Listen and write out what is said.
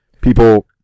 people